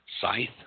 Scythe